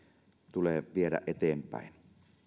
tulee viedä eteenpäin